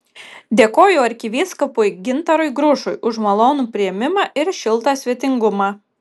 dėkoju arkivyskupui gintarui grušui už malonų priėmimą ir šiltą svetingumą